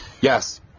Yes